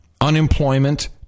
Unemployment